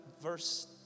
verse